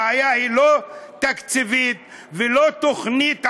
הבעיה היא לא תקציבית ולא תוכנית עבודה,